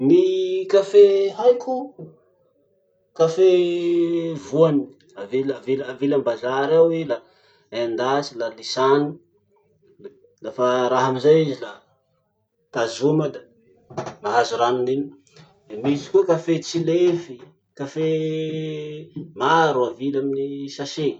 Ny kafe haiko: kafe voany avily avily avily ambazary ao i la endasy la lisany, le lafa raha amizay i la tazoma la mahazo ranony iny. Le misy koa kafe tsilefy, kafe maro avily amy sachet.